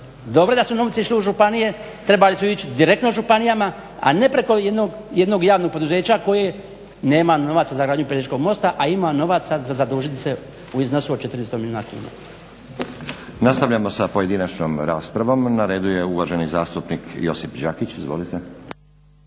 dobro je da su novci išli u županije, trebali su ići direktno županijama a ne preko jednog javnog poduzeća koje nema novaca za gradnju Pelješkog mosta, a ima novaca za zadužiti se u iznosu od 400 milijuna